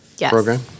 program